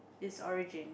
it's origin